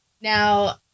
Now